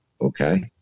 okay